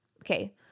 Okay